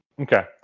Okay